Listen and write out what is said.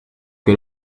che